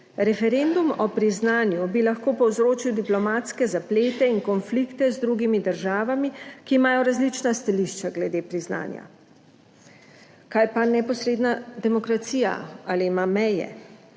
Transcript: Referendum o priznanju bi lahko povzročil diplomatske zaplete in konflikte z drugimi državami, ki imajo različna stališča glede priznanja. Kaj pa neposredna demokracija, ali ima meje?